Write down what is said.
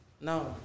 No